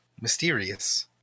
mysterious